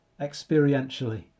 experientially